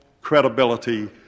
credibility